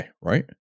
right